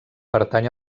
pertany